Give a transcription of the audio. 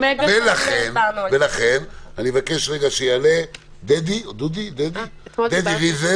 ולכן אני מבקש שיעלה דדי ריזל,